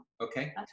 okay